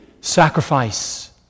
sacrifice